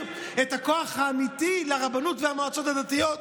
את הכוח האמיתי לרבנות ולמועצות הדתיות.